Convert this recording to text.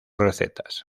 recetas